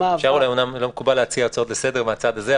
אומנם לא מקובל להציע הצעות לסדר מהצד הזה,